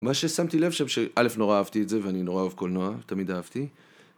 NV